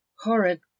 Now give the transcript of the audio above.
horrid